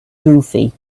goofy